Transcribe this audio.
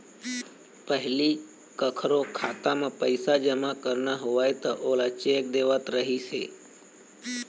पहिली कखरो खाता म पइसा जमा करना होवय त ओला चेक देवत रहिस हे